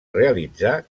realitzar